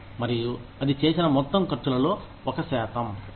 మరియు అది చేసిన మొత్తం ఖర్చులలో ఒక శాతం